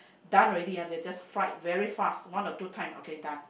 done already ah they just fried very fast one or two time okay done